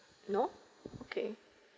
no okay